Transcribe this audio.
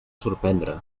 sorprendre